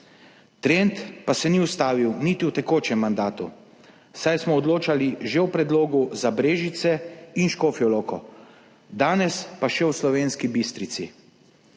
Trend pa se ni ustavil niti v tekočem mandatu, saj smo odločali že o predlogu za Brežice in Škofjo Loko, danes pa še o Slovenski Bistrici.